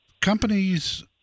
Companies